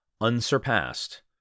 unsurpassed